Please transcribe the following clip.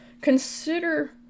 Consider